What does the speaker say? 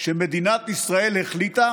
שמדינת ישראל החליטה